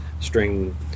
string